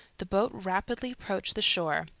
the boat rapidly approached the shore.